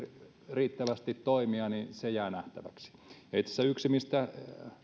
riittävästi toimia jää nähtäväksi ja itse asiassa yksi mistä